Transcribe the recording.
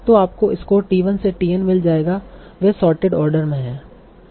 तो आपको score t 1 से t n मिल जाएगा वे सॉर्टेड आर्डर में हैं